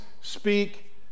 speak